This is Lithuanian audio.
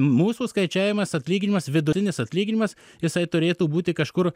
mūsų skaičiavimas atlyginimas vidutinis atlyginimas jisai turėtų būti kažkur